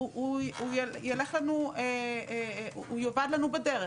הוא יאבד לנו בדרך,